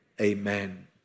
Amen